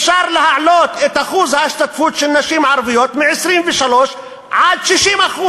אפשר להעלות את אחוז ההשתתפות של נשים ערביות מ-23% עד 60%,